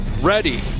ready